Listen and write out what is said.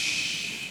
כסיסמה,